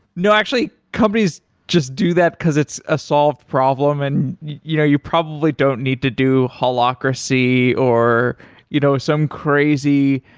no. actually, companies just do that because it's a solved problem and you know you probably don't need to do holacracy or you know some crazy,